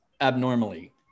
abnormally